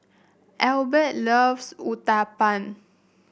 Elbert loves Uthapam